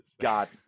God